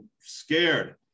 scared